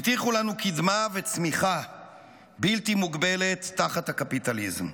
הבטיחו לנו קדמה וצמיחה בלתי מוגבלת תחת הקפיטליזם,